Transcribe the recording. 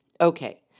Okay